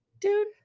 dude